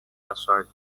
password